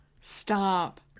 Stop